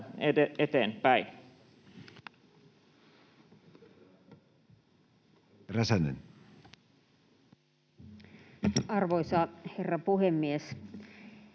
Arvoisa herra puhemies!